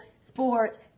sports